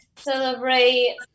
celebrate